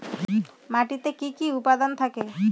মাটিতে কি কি উপাদান থাকে?